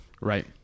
right